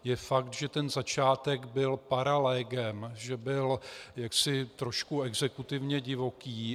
Je fakt, že ten začátek byl paralegem, že byl jaksi trošku exekutivně divoký.